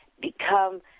become